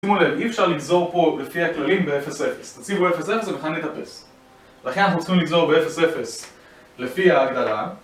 שימו לב, אי אפשר לגזור פה לפי הכללים ב-0,0 תציבו ב-0,0 המכנה יתאפס לכן אנחנו צריכים לגזור ב-0,0 לפי ההגדרה